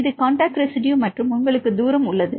இது contact residue மற்றும் உங்களுக்கு தூரம் உள்ளது